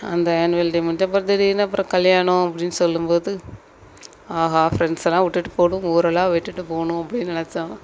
அந்த annual day முடிஞ்ச அப்புறம் திடீர்னு அப்புறம் கல்யாணம் அப்படின்னு சொல்லும் போது ஆஹா ஃப்ரெண்ட்ஸெல்லாம் விட்டுட்டு போகணும் ஊரெல்லாம் விட்டுவிட்டு போகணும் அப்படின்னு நெனைச்சேன்